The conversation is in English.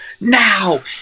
now